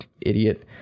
idiot